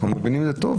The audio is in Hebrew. אנחנו מבינים את זה טוב,